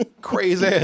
Crazy